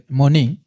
morning